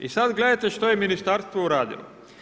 I sad gledajte što je ministarstvo uradilo.